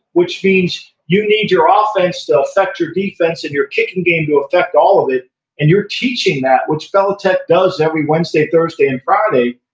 which means you need your ah offense to effect your defense, and your kicking game to effect all of it, and you're teaching that, which belichick does every wednesday, thursday, and friday,